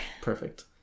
Perfect